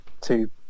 two